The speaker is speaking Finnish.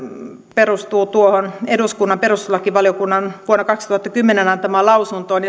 perustuu eduskunnan perustuslakivaliokunnan vuonna kaksituhattakymmenen antamaan lausuntoon